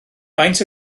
faint